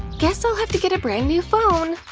guess i have to get a brand new phone.